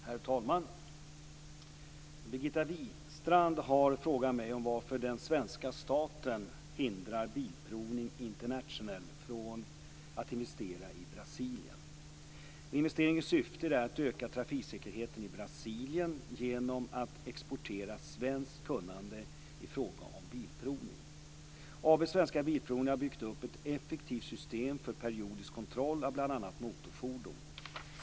Herr talman! Birgitta Wistrand har frågat mig om varför den svenska staten hindrar Bilprovning International från att investera i Brasilien. Investeringens syfte är att öka trafiksäkerheten i Brasilien genom att exportera svenskt kunnande i fråga om bilprovning. AB Svensk Bilprovning har byggt upp ett effektivt system för periodisk kontroll av bl.a. motorfordon.